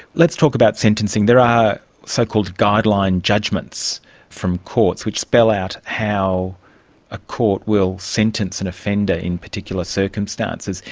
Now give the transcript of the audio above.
let's talk about sentencing. there are so-called guideline judgements from courts, which spell out how a court will sentence an offender in particular circumstances.